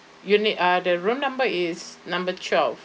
you need uh the room number is number twelve